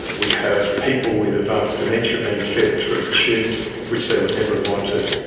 we have people with advanced dementia being fed through tubes which they would never have wanted.